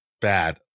bad